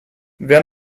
wer